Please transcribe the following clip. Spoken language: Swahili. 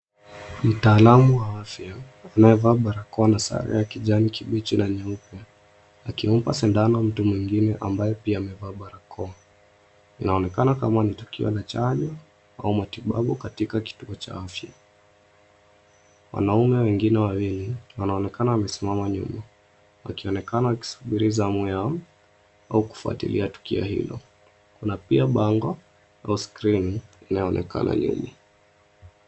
Mtaalamu wa afya anayevaa barakoa na sare ya kijani kibichi na nyeupe akimpa sindano mtu mwingine ambaye pia amevaa barakoa. Inaonekana kama ni tukio la chanjo au matibabu katika kituo cha afya. Wanaume wengine wawili wanaonekana wamesimama nyuma wakionekana wakisubiri zamu yao au kufuatilia tukio hilo. Kuna pia bango au skrini inayoonekana nyuma.